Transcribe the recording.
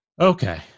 Okay